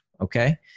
okay